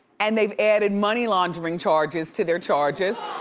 and they've added money laundering charges to their charges.